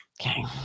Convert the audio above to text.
Okay